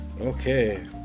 Okay